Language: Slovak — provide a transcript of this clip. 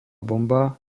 bomba